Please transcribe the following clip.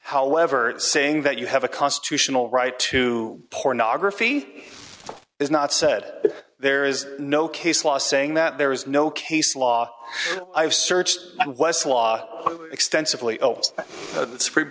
however saying that you have a constitutional right to pornography is not said that there is no case law saying that there is no case law i've searched and westlaw extensively at the supreme